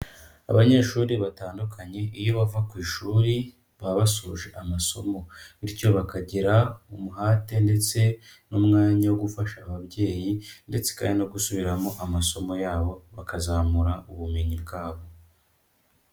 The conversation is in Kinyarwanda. Abanyeshuri batandukanye, iyo bava ku ishuri baba basoje amasomo. Bityo bakagira umuhate ndetse n'umwanya wo gufasha ababyeyi ndetse kandi no gusubiramo amasomo yabo, bakazamura ubumenyi bwabo.